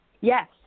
Yes